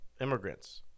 Immigrants